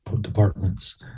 departments